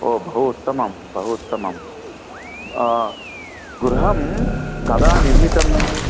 ओ बहु उत्तमं बहु उत्तमं गृहं कदा निर्मितं